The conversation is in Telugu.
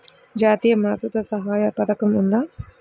జాతీయ మాతృత్వ సహాయ పథకం ఉందా?